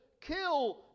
kill